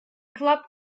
club